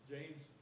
James